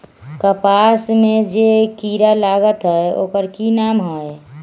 कपास में जे किरा लागत है ओकर कि नाम है?